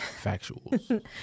Factuals